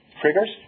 triggers